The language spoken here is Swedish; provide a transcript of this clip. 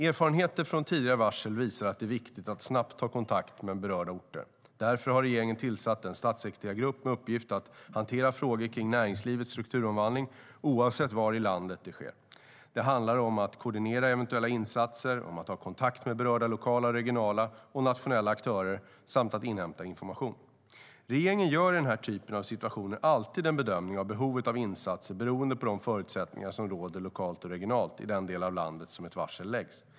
Erfarenheter från tidigare varsel visar att det är viktigt att snabbt ta kontakt med berörda orter. Därför har regeringen tillsatt en statssekreterargrupp med uppgift att hantera frågor kring näringslivets strukturomvandling oavsett var i landet den sker. Det handlar om att koordinera eventuella insatser och att ha kontakt med berörda lokala, regionala och nationella aktörer samt att inhämta information. Regeringen gör i den här typen av situationer alltid en bedömning av behovet av insatser beroende på de förutsättningar som råder lokalt och regionalt i den del av landet där ett varsel läggs.